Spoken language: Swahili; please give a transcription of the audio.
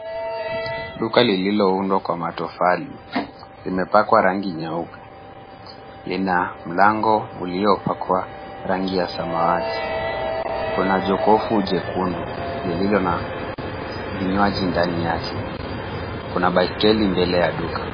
Duka lililoundwa kwa matofali. Limepakwa rangi nyeupe. Lina mlango uliopakwa rangi ya samawati. Kuna jokofu jekundu lililo na vinywaji ndani yake. Kuna baiskeli mbele ya duka.